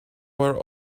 were